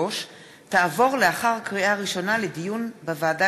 תעבור לאחר קריאה ראשונה לדיון בוועדה